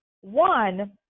One